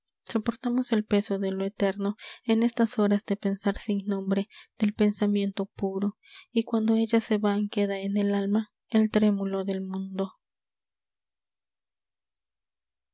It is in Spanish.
soportamos el peso de lo eterno en estas horas de pensar sin nombre del pensamiento puro y cuando ellas se van queda en el alma el trémolo del mundo